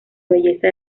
belleza